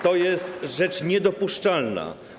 To jest rzecz niedopuszczalna.